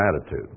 attitude